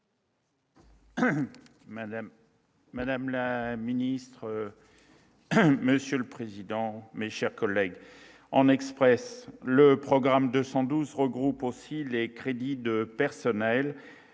Madame la Ministre, Monsieur le Président mais chers collègues en Express le programme 212 regroupe aussi les crédits de personnel